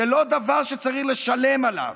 זה לא דבר שצריך לשלם עליו.